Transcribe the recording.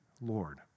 Lord